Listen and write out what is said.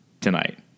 tonight